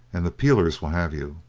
and the peelers will have you,